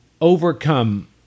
overcome